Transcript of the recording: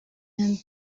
and